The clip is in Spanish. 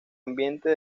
ambiente